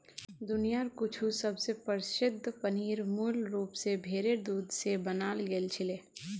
दुनियार कुछु सबस प्रसिद्ध पनीर मूल रूप स भेरेर दूध स बनाल गेल छिले